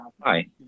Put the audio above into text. hi